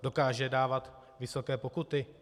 Dokáže dávat vysoké pokuty?